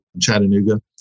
Chattanooga